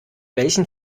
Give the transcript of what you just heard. welchen